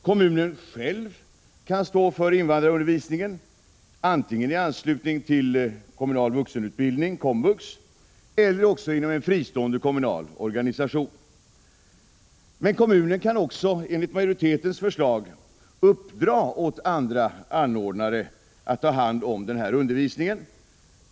Kommunen själv kan stå för invandrarundervisningen, antingen i anslutning till kommunal vuxenutbildning, komvux, eller också inom en fristående kommunal organisation. Men kommunen kan också enligt majoritetens förslag uppdra åt andra anordnare att ta ta hand om denna undervisning.